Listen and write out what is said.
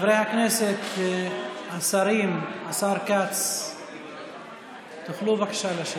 חברי הכנסת, השרים, השר כץ, תוכלו, בבקשה, לשבת?